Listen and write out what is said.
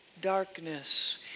darkness